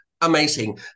Amazing